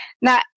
Now